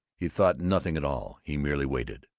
he thought nothing at all, he merely waited,